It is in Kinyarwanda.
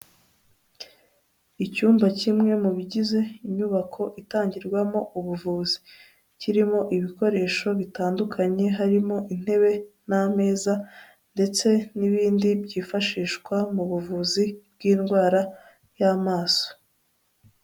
Icyumba kimwe mu bigize inyubako itangirwamo ubuvuzi. Kirimo ibikoresho bitandukanye, harimo intebe n'ameza ndetse n'ibindi byifashishwa mu buvuzi bw'indwara y'amaso.